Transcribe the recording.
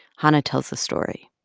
hanna tells the story